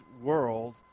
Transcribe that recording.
world